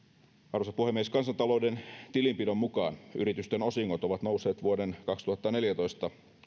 arvoisa puhemies kansantalouden tilinpidon mukaan yritysten osingot ovat nousseet vuoden kaksituhattaneljätoista